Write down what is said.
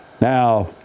Now